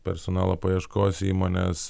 personalo paieškos įmonės